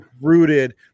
rooted